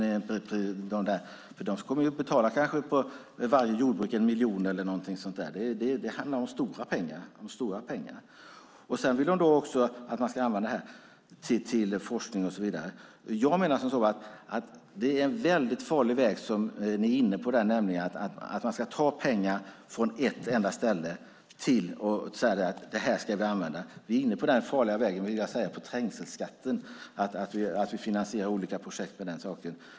Varje jordbruk fick betala kanske 1 miljon eller någonting sådant. Det handlar om stora pengar. Jordbruket vill nu att detta ska användas till forskning. Jag menar att det är en farlig väg som ni är inne på om ni ska ta pengar från ett enda ställe och säga: Detta ska vi använda! Vi är inne på den farliga vägen med trängselskatten, där man finansierar olika projekt med dessa pengar.